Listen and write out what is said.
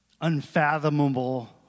unfathomable